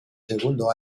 segundo